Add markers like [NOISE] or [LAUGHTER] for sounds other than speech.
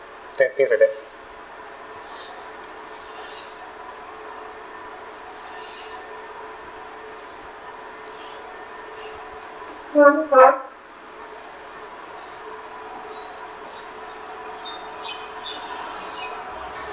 then things like that [NOISE]